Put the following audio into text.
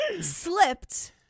slipped